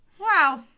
Wow